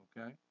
Okay